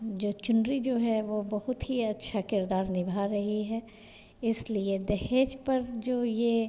जो चुनरी जो है वह बहुत ही अच्छा किरदार निभा रही है इसलिए दहेज पर जो यह